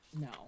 No